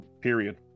period